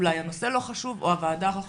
אולי הנושא לא חשוב או הוועדה לא חשובה,